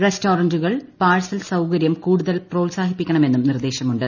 റെസ്റ്റോറന്റുകൾ parcel സൌകര്യം കൂടുതൽ പ്രോത്സാഹിപ്പിക്കണമെന്നും നിർദേശമുണ്ട്